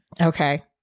Okay